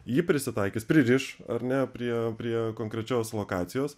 jį prisitaikys pririš ar ne prie prie konkrečios lokacijos